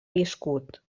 viscut